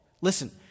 Listen